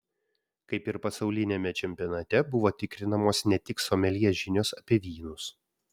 kaip ir pasauliniame čempionate buvo tikrinamos ne tik someljė žinios apie vynus